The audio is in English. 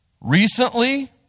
recently